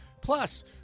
Plus